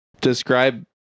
describe